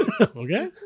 okay